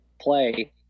play –